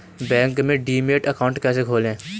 Bank में demat account कैसे खोलें?